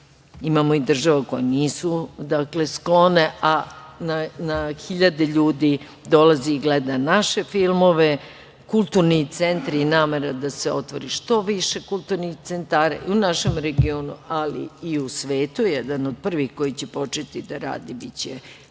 Imamo i države koje nisu sklone, a na hiljade ljudi dolazi i gleda naše filmove. Kulturni centri i namera da se otvori što više kulturnih centara i u našem regionu, ali i u svetu, a jedan od prvih koji će početi da radi biće